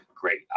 great